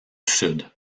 sud